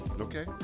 Okay